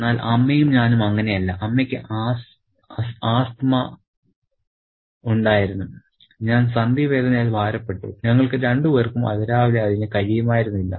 എന്നാൽ അമ്മയും ഞാനും അങ്ങനെയല്ല അമ്മയ്ക്ക് ആസ്ത്മ ഉണ്ടായിരുന്നു ഞാൻ സന്ധി വേദനയാൽ ഭാരപ്പെട്ടു ഞങ്ങൾക്ക് രണ്ടുപേർക്കും അതിരാവിലെ അതിനു കഴിയുമായിരുന്നില്ല